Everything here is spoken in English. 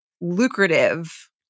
lucrative